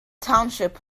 township